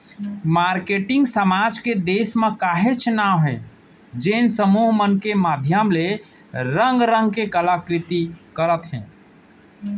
marketing समाज के देस म काहेच नांव हे जेन समूह मन के माधियम ले रंग रंग के कला कृति करत हे